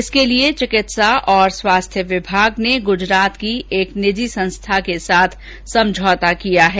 इसके लिए चिकित्सा और स्वास्थ्य विभाग ने गुजराज कीएक निजी संस्था के साथ दो साल का समझौता किया है